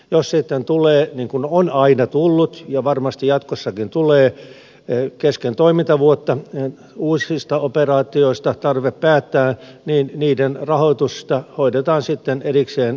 jos sitten tulee niin kuin on aina tullut ja varmasti jatkossakin tulee kesken toimintavuotta tarve päättää uusista operaatioista niin niiden rahoitusta hoidetaan sitten erikseen lisäbudjetilla